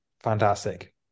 fantastic